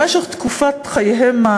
במשך תקופת חייהם,